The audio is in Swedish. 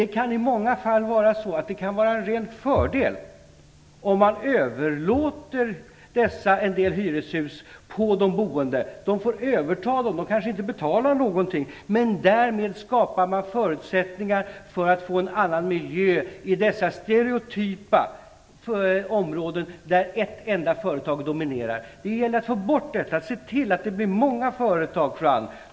Det kan i många fall vara en ren fördel att överlåta en del hyreshus till de boende. De kanske får överta dem utan att betala någonting. Men därmed skapas förutsättningar för en bättre miljö i dessa stereotypa områden där ett enda företag dominerar. Det gäller att ändra på detta och se till att det blir många företag, Juan Fonseca.